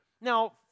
Now